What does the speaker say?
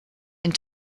and